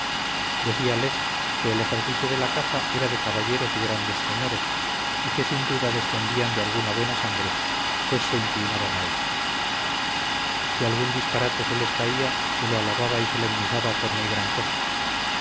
decíales que el ejercicio de la caza era de caballeros y grandes señores y que sin duda descendían de alguna buena sangre pues se inclinaban a él si algún disparate se les caía se lo alababa y solemnizaba por muy gran cosa